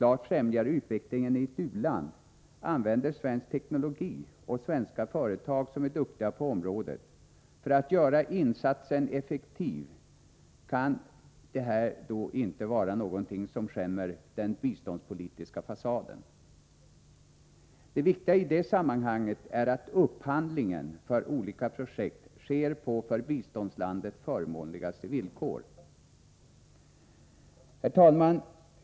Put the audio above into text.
Att använda svensk teknologi och svenska företag som är duktiga på området — för att göra insatsen effektiv — i ett projekt som klart främjar utvecklingen i ett u-land kan inte skämma den biståndspolitiska fasaden. Det viktiga i det sammanhanget är att upphandlingen för olika projekt sker på de för biståndslandet förmånligaste villkoren. Herr talman!